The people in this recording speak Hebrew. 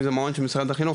אם זה מעון של משרד החינוך,